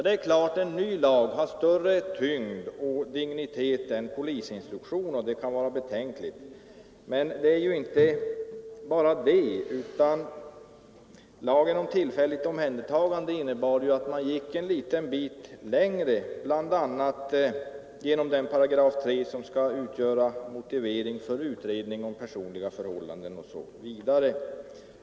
Det är klart att en ny lag har större tyngd och dignitet än polisinstruktionen, och det kan vara betänkligt. Men det är ju inte bara detta, utan lagen om tillfälligt omhändertagande innebär att man gick en liten bit längre, bl.a. i 3 §, som skall utgöra motivering för utredning om personliga förhållanden osv.